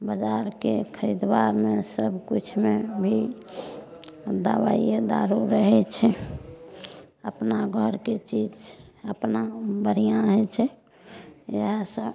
बजारके खरीदुआमे सब किछु मे भी दबाइए दारू रहय छै अपना घरके चीज अपना बढ़िआँ होइ छै इएह सब